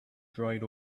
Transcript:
dried